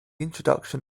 introduction